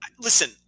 listen